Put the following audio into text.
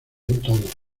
todo